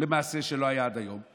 זה מעשה שלא היה עד היום.